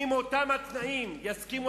אם הפלסטינים יסכימו